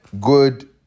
good